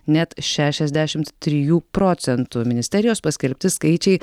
net šešiasdešimt trijų procentų ministerijos paskelbti skaičiai